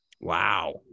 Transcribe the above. Wow